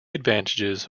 advantages